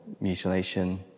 mutilation